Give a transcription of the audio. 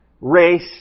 race